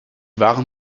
waren